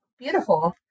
Beautiful